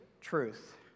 truth